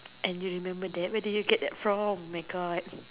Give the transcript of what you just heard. and you remember that where do you get that from my God